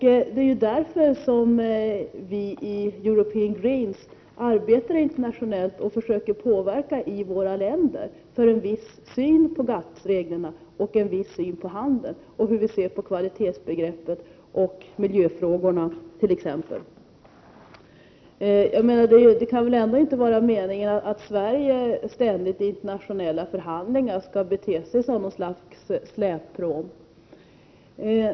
Det är därför vi i European Greens arbetar internationellt och försöker påverka våra länder för en viss syn på GATT reglerna och en viss syn på handeln — hur vi ser på kvalitetsbegreppet och miljöfrågorna t.ex. Det kan väl ändå inte vara meningen att Sverige ständigt i internationella förhandlingar skall bete sig som något slags släppråm.